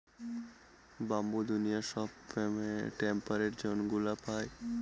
bamboo দুনিয়ার সব temperate জোনগুলা পায়